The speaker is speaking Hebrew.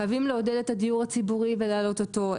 חייבים לעודד את הדיור הציבורי ולהעלות אותו.